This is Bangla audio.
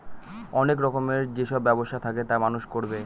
অনেক রকমের যেসব ব্যবসা থাকে তা মানুষ করবে